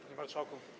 Panie Marszałku!